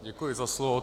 Děkuji za slovo.